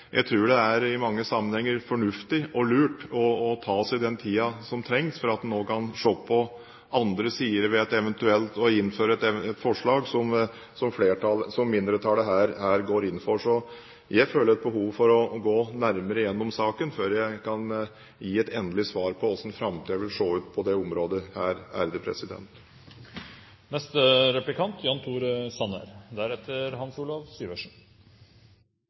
lurt å ta seg den tiden som trengs til også å se på andre sider ved eventuelt å innføre forslaget som mindretallet her går inn for. Så jeg føler et behov for å gå nærmere igjennom saken før jeg kan gi et endelig svar på hvordan framtiden vil se ut på dette området.